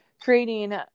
creating